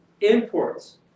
imports